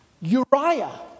Uriah